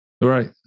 right